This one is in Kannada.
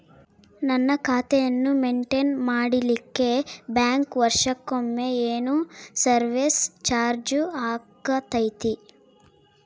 ನನ್ನ ಖಾತೆಯನ್ನು ಮೆಂಟೇನ್ ಮಾಡಿಲಿಕ್ಕೆ ಬ್ಯಾಂಕ್ ವರ್ಷಕೊಮ್ಮೆ ಏನು ಸರ್ವೇಸ್ ಚಾರ್ಜು ಹಾಕತೈತಿ?